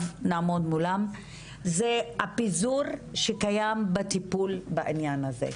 נעמוד מולן זה הפיזור שקיים בטיפול בעניין הזה.